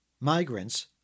migrants